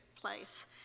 place